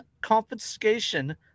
confiscation